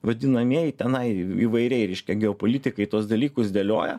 vadinamieji tenai įvairiai reiškia geopolitikai tuos dalykus dėlioja